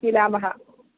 मिलामः